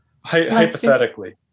Hypothetically